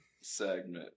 segment